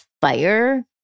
fire